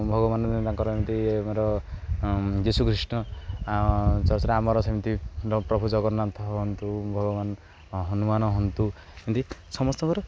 ଭଗବାନ ବି ତାଙ୍କର ଏମିତି ଆମର ଯୀଶୁଖ୍ରୀଷ୍ଟ ଚର୍ଚରେ ଆମର ସେମିତି ପ୍ରଭୁ ଜଗନ୍ନାଥ ହୁଅନ୍ତୁ ଭଗବାନ ହନୁମାନ ହୁଅନ୍ତୁ ଏମିତି ସମସ୍ତଙ୍କର